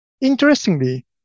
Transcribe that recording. Interestingly